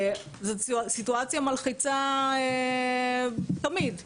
זו סיטואציה מלחיצה תמיד.